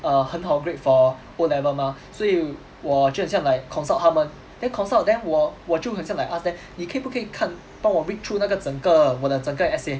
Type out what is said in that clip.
err 很好 grade for O level mah 所以我就很像 like consult 他们 then consult then 我我就很像 like ask them 你可不可以看帮我 read through 那个整个我的整个 essay